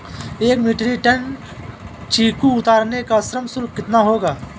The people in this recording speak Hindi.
एक मीट्रिक टन चीकू उतारने का श्रम शुल्क कितना होगा?